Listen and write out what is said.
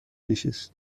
نشست